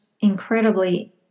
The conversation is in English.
incredibly